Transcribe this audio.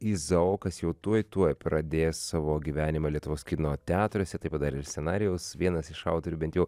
izaokas jau tuoj tuoj pradės savo gyvenimą lietuvos kino teatruose tai padarė scenarijaus vienas iš autorių bent jau